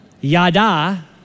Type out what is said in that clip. Yada